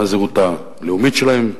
הזהות הלאומית שלהם,